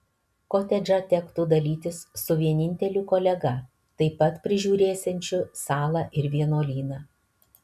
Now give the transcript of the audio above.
kotedžą tektų dalytis su vieninteliu kolega taip pat prižiūrėsiančiu salą ir vienuolyną